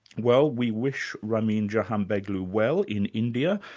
well we wish ramin jahanbegloo well in india,